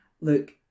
look